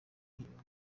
ntiyumva